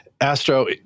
Astro